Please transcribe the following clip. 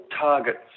targets